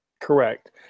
Correct